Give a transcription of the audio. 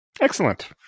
Excellent